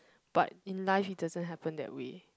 but in life it doesn't happen that way